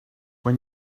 when